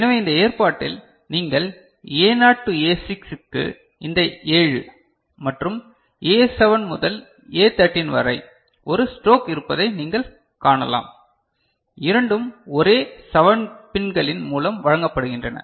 எனவே இந்த ஏற்பாட்டில் நீங்கள் Aனாட் டு A6 க்கு இந்த 7 மற்றும் A7 முதல் A13 வரை ஒரு ஸ்ட்ரோக் இருப்பதை நீங்கள் காணலாம் இரண்டும் ஒரே 7 பின்களின் மூலம் வழங்கப்படுகின்றன